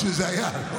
כשזה היה.